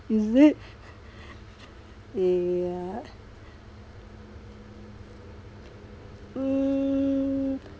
is it ya mm